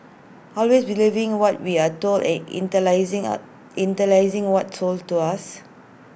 always believing what we are told and internalising are internalising what's sold to us